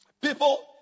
People